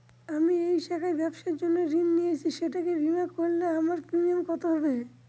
আমি এই শাখায় ব্যবসার জন্য ঋণ নিয়েছি সেটাকে বিমা করলে আমার প্রিমিয়াম কত হবে?